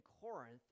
Corinth